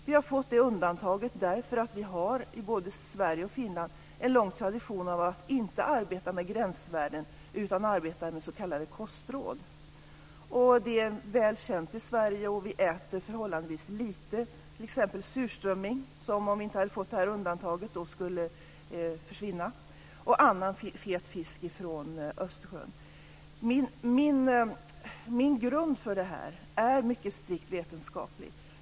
Vi har fått det undantaget därför att vi både i Sverige och i Finland har en lång tradition av att inte arbeta med gränsvärden utan med s.k. kostråd. Dessa är väl kända i Sverige, och vi äter förhållandevis lite t.ex. av surströmming, som om vi inte hade fått det här undantaget skulle försvinna, och av annan fet fisk från Min grund för ställningstagandet är mycket strikt vetenskaplig.